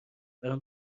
برام